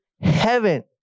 heaven